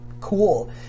cool